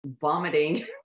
vomiting